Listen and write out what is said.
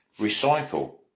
recycle